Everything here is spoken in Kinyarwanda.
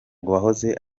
uwahoze